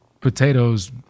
potatoes